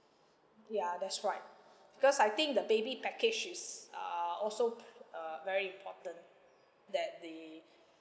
ya that's right because I think the baby package is err also uh very important that they